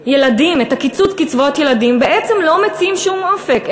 קצבאות הילדים בעצם לא מציעים שום אופק.